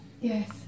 yes